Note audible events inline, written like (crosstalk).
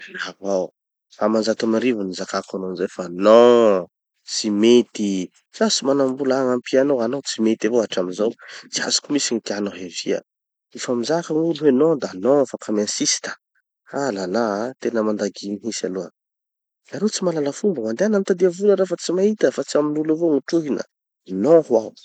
(audio distortion) fa amanjatony amarivony nizakako anao zay fa non, tsy mety. Zaho tsy manambola hagnampia anao, hanao tsy mety avao hatramizao, tsy azoko mihitsy gny tianao hiavia. Nofa mizaka gn'olo hoe non da non fa ka mi-insiste. Ah la la, tena mandagy mihitsy aloha. Hanao tsy mahalala fomba? mandehana mitadia vola raha fa tsy mahita fa tsy amin'olo avao mitohina. Non ho aho.